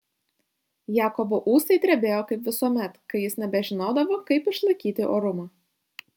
jakobo ūsai drebėjo kaip visuomet kai jis nebežinodavo kaip išlaikyti orumą